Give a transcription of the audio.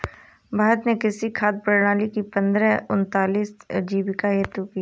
भारत ने कृषि खाद्य प्रणाली की पहल उन्नतशील आजीविका हेतु की